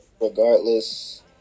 regardless